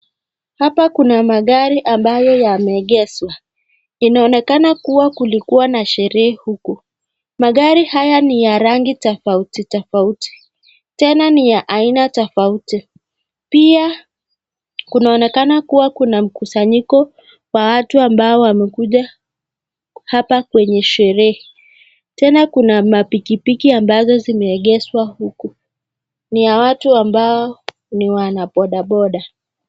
Hapa kuna magari ambayo yameegeshwa. Inaonekana kuwa kulikuwa na sherehe huku. Magari haya ni ya rangi tofauti tofauti, tena ni ya aina tofauti. Pia kunaonekana kuwa kuna mkusanyiko wa watu ambao wamekuja hapa kwenye sherehe. Tena kuna pikipiki ambazo zimeegeshwa huku ni ya watu ambao ni wa mabodaboda.